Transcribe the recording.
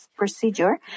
procedure